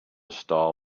star